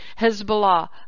Hezbollah